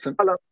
Hello